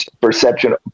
perception